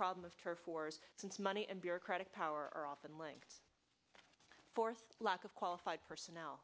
problem of turf wars since money and bureaucratic power are often linked fourth lack of qualified personnel